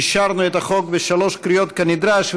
אישרנו את החוק בשלוש קריאות כנדרש.